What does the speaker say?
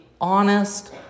honest